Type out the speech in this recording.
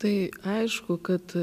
tai aišku kad